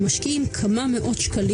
במאמץ,